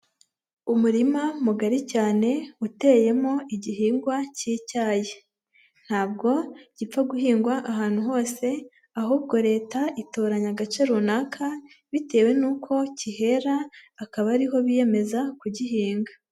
Umurima mugari cyane uteyemo igihingwa cy'icyayi. Ntabwo gipfa guhingwa ahantu hose, ahubwo Leta itoranya agace runaka bitewe n'uko kihera, akaba ariho biyemeza kugihinga